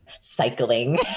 cycling